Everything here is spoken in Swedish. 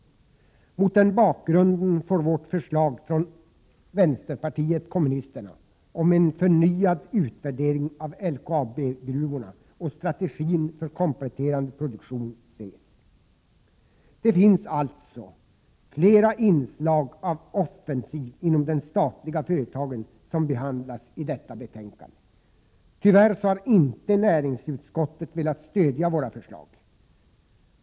Mot den bakgrunden får vårt förslag från vänsterpartiet kommunisterna om en förnyad utvärdering av LKAB-gruvorna och strategin för kompletterande produktion ses. Det finns alltså flera inslag av offensiv inom de statliga företagen som behandlas i detta betänkande. Tyvärr har inte näringsutskottet velat stödja våra förslag.